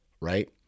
right